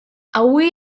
avui